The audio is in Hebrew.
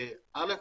א',